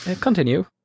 Continue